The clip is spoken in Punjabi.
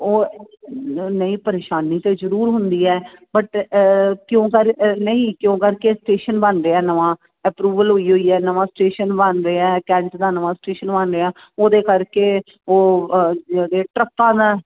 ਉਹ ਨਹੀਂ ਪਰੇਸ਼ਾਨੀ ਤਾਂ ਜ਼ਰੂਰ ਹੁੰਦੀ ਹੈ ਬਟ ਕਿਉਂ ਸਾ ਨਹੀਂ ਕਿਉਂ ਕਰਕੇ ਸਟੇਸ਼ਨ ਬਣ ਰਿਹਾ ਨਵਾਂ ਅਪਰੂਵਲ ਹੋਈ ਹੋਈ ਆ ਨਵਾਂ ਸਟੇਸ਼ਨ ਬਣ ਰਿਹਾ ਕੈਂਟ ਦਾ ਨਵਾਂ ਸਟੇਸ਼ਨ ਬਣ ਰਿਹਾ ਉਹਦੇ ਕਰਕੇ ਉਹ ਉਹਦੇ ਟਰੱਕਾਂ ਨੇ